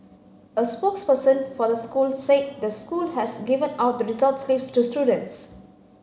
a spokesperson for the school said the school has given out the results slips to students